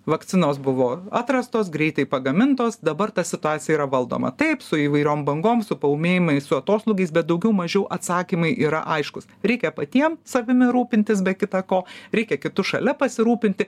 vakcinos buvo atrastos greitai pagamintos dabar ta situacija yra valdoma taip su įvairiom bangom su paūmėjimais su atoslūgiais bet daugiau mažiau atsakymai yra aiškūs reikia patiem savimi rūpintis be kita ko reikia kitus šalia pasirūpinti